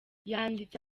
yanditse